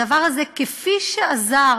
הדבר הזה, כפי שעזר